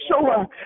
sure